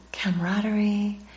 camaraderie